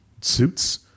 suits